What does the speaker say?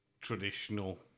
traditional